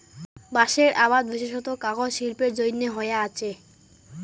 বাঁশের আবাদ বিশেষত কাগজ শিল্পের জইন্যে হয়া আচে